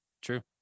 True